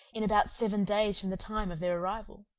in about seven days from the time of their arrival.